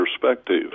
perspective